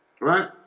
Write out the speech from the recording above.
right